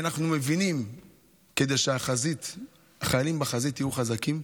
אנחנו מבינים שכדי שהחיילים בחזית יהיו חזקים,